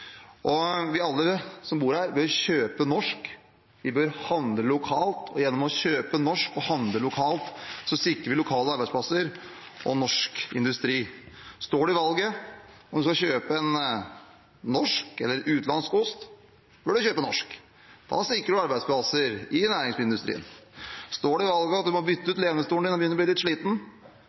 kjøpe norsk, og vi bør handle lokalt. Gjennom å kjøpe norsk og handle lokalt sikrer vi lokale arbeidsplasser og norsk industri. Står du i valget mellom å kjøpe en norsk eller en utenlandsk ost, bør du kjøpe norsk. Da sikrer du arbeidsplasser i næringsmiddelindustrien. Står du i valget – at du må bytte ut lenestolen din fordi den begynner å bli litt sliten